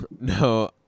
No